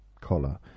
collar